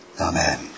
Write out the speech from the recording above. Amen